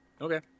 Okay